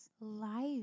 life